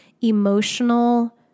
emotional